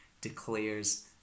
declares